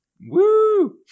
Woo